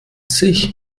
sich